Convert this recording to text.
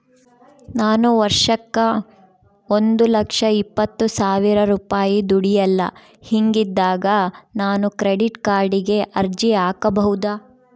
ನಾನು ವರ್ಷಕ್ಕ ಒಂದು ಲಕ್ಷ ಇಪ್ಪತ್ತು ಸಾವಿರ ರೂಪಾಯಿ ದುಡಿಯಲ್ಲ ಹಿಂಗಿದ್ದಾಗ ನಾನು ಕ್ರೆಡಿಟ್ ಕಾರ್ಡಿಗೆ ಅರ್ಜಿ ಹಾಕಬಹುದಾ?